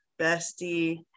bestie